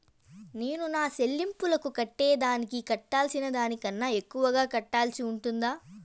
నేను నా సెల్లింపులకు కట్టేదానికి కట్టాల్సిన దానికన్నా ఎక్కువగా కట్టాల్సి ఉంటుందా?